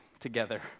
together